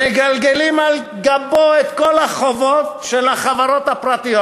מגלגלים על גבו את כל החובות של החברות הפרטיות